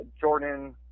Jordan